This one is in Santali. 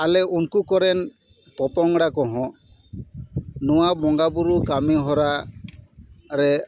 ᱟᱞᱮ ᱩᱱᱠᱩ ᱠᱚᱨᱮᱱ ᱯᱚᱯᱚᱝᱲᱟ ᱠᱚᱦᱚᱸ ᱱᱚᱣᱟ ᱵᱚᱸᱜᱟ ᱵᱳᱨᱳ ᱠᱟᱹᱢᱤ ᱦᱚᱨᱟ ᱨᱮ